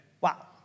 Wow